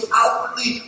outwardly